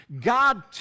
God